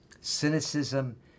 cynicism